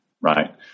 right